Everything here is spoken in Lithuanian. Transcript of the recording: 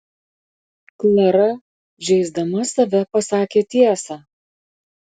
klara žeisdama save pasakė tiesą